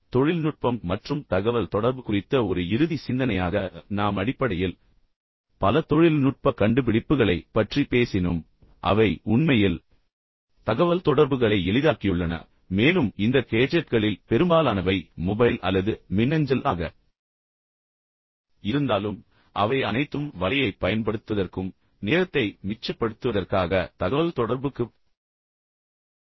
தொழில்நுட்பம் மற்றும் தகவல் தொடர்பு குறித்த ஒரு இறுதி சிந்தனையாக நாம் அடிப்படையில் பல தொழில்நுட்ப கண்டுபிடிப்புகளைப் பற்றி பேசினோம் என்பதை நினைவில் கொள்ளுங்கள் அவை உண்மையில் தகவல்தொடர்புகளை எளிதாக்கியுள்ளன மேலும் இந்த கேஜெட்களில் பெரும்பாலானவை மொபைல் அல்லது மின்னஞ்சல் ஆக இருந்தாலும் அவை அனைத்தும் வலையைப் பயன்படுத்துவதற்கும் நேரத்தை மிச்சப்படுத்துவதற்காக தகவல்தொடர்புக்குப் பயன்படுத்துவதற்கும் கண்டுபிடிக்கப்பட்டன